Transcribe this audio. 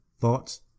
thoughts